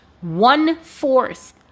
one-fourth